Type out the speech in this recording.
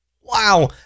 Wow